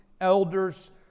elders